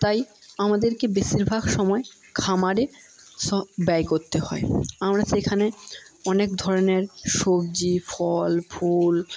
তাই আমাদেরকে বেশিরভাগ সময়ে খামারে শ ব্যয় করতে হয় আমরা সেখানে অনেক ধরনের সবজি ফল ফুল